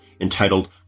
entitled